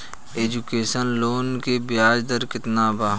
Education loan के ब्याज दर केतना बा?